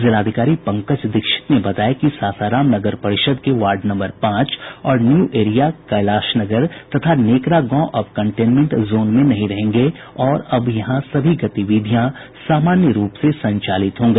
जिलाधिकारी पंकज दीक्षित ने बताया कि सासाराम नगर परिषद के वार्ड नम्बर पांच और न्यू एरिया कैलाशनगर तथा नेकरा गांव अब कंटेनमेंट जोन नहीं रहेंगे और अब यहां सभी गतिविधियां सामान्य रूप से संचालित होंगी